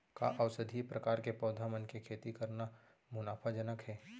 का औषधीय प्रकार के पौधा मन के खेती करना मुनाफाजनक हे?